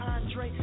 Andre